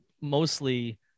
mostly